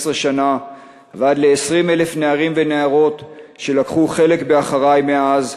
שנה ועד ל-20,000 נערים ונערות שלקחו חלק ב"אחריי!" מאז,